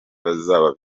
bazaba